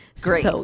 great